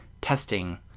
testing